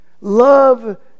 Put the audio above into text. Love